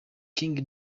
king